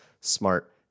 smart